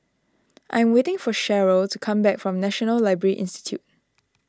I am waiting for Cheryll to come back from National Library Institute